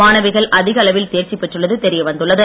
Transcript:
மாணவிகள் அதிக அளவில் தேர்ச்சி பெற்றுள்ளது தெரிய வந்துள்ளது